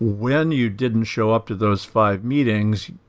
when you didn't show up to those five meetings,